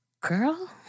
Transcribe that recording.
girl